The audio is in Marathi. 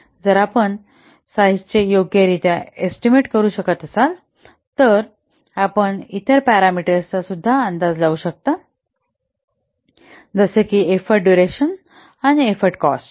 जर आपण साइजचे योग्य रित्या एस्टीमेट करू शकत असाल तर आपण इतर पॅरामीटरचा अंदाज लावू शकता जसे की एफ्फोर्ट डुरेशन आणि एफ्फोर्ट कॉस्ट